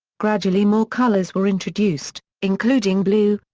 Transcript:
gradually more colours were introduced, including blue,